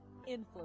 influence